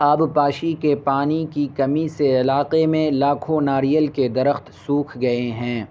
آبپاشی کے پانی کی کمی سے علاقے میں لاکھوں ناریل کے درخت سوکھ گئے ہیں